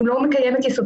הוא לא מקיים את העבירה.